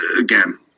Again